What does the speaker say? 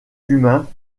humain